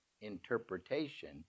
interpretation